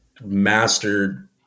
mastered